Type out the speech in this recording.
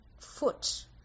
foot